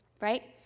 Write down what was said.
right